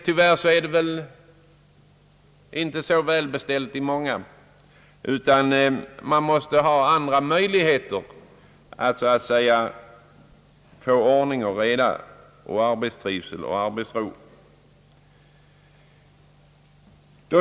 Tyvärr är det inte så väl beställt i många skolor, utan man måste ha andra möjligheter för att få ordning och reda, arbetstrivsel och arbetsro.